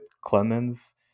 Clemens